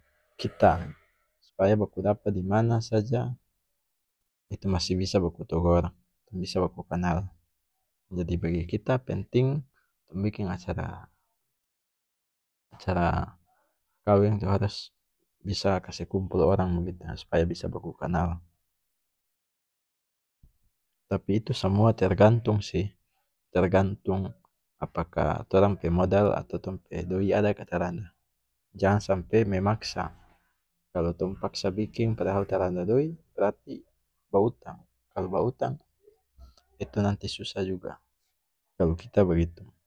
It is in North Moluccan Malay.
kita supaya bakudapa dimana saja itu masih bisa baku togor tong bisa baku kanal jadi bagi kita penting tong biking acara acara kaweng itu harus bisa kase kumpul orang bagitu supaya bisa baku kanal tapi itu samua tergantung sih tergantung apakah torang pe modal atau tong pe doi ada ka tarada jang sampe memaksa kalu tong paksa biking padahal tarada doi brarti bautang kalu bautang itu nanti susah juga kalu kita bagitu.